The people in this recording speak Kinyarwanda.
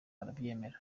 arabyemera